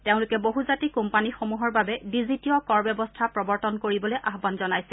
তেওঁলোকে বহুজাতিক কোম্পানীসমূহৰ বাবে ডিজিটীয় কৰ ব্যৱস্থা প্ৰবৰ্তন কৰিবলৈ আহান জনাইছে